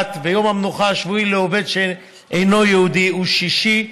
ויום המנוחה השבועי לעובד שאינו יהודי הוא שישי,